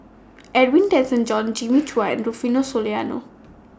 Edwin Tessensohn Jimmy Chua Rufino Soliano